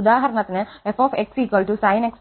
ഉദാഹരണത്തിന് f sin x